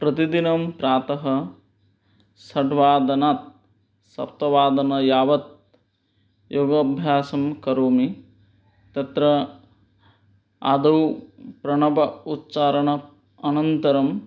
प्रतिदिनं प्रातः षड्वादनात् सप्तवादनं यावत् योगाभ्यासं करोमि तत्र आदौ प्रणव उच्चारणम् अनन्तरं